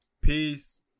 Peace